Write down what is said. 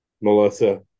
Melissa